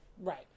Right